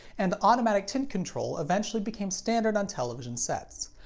and automatic tint control eventually became standard on television sets.